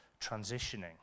transitioning